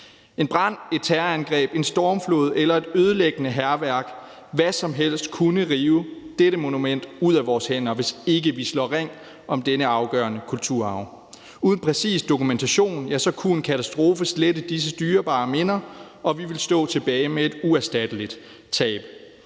En brand, et terrorangreb, en stormflod eller et ødelæggende hærværk – hvad som helst – ville kunne rive dette monument ud af vores hænder, hvis ikke vi slår ring om denne afgørende kulturarv. Uden præcis dokumentation kunne en katastrofe slette disse dyrebare minder, og vi ville stå tilbage med et uerstatteligt tab.